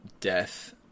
death